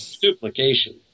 duplication